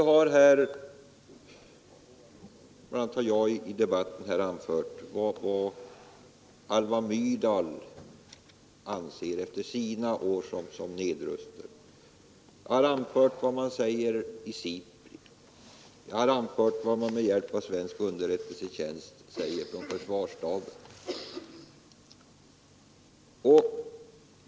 Bland andra har jag i debatten här anfört vad Alva Myrdal anser efter sina år såsom nedrustningsexpert. Jag har framhållit vad man säger i SIPRI:s årsbok. Jag har återgivit vad man med hjälp av svensk underrättelsetjänst säger från försvarsstaben.